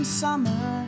summer